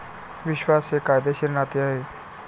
विश्वास हे कायदेशीर नाते आहे